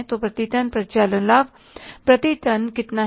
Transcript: तो प्रति टन परिचालन लाभ प्रति टन कितना है